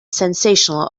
sensational